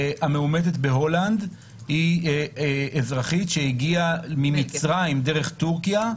המאומתת בהולנד היא אזרחית שהגיעה ממצרים דרך טורקיה,